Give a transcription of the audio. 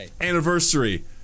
anniversary